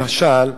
למשל,